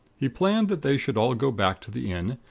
he planned that they should all go back to the inn,